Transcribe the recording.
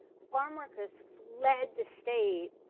farmworkers fled the state.